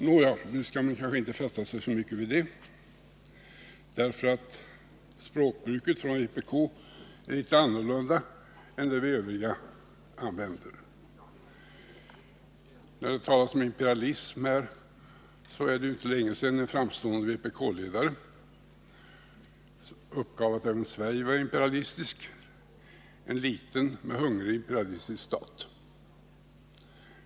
Nåja, vi skall kanske inte fästa oss alltför mycket vid det förhållandet, eftersom vpk:s språkbruk är litet annorlunda än det som vi andra tillämpar. När det gäller talet om imperialism vill jag säga, att det inte var länge sedan som en framstående vpk-ledare uppgav att även Sverige var imperialistiskt — en liten men hungrig imperialistisk stat.